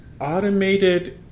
automated